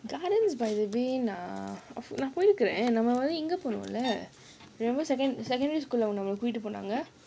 gardens by the bay நான் போயிருக்கேன்:naan poyirukkaen remember secondar~ secondary school போயிடு போனாங்க:poyidu ponaanga